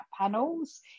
panels